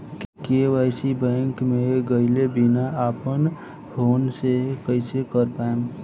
KYC bank मे गएले बिना अपना फोन से कइसे कर पाएम?